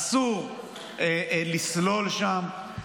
אסור לסלול שם.